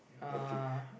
okay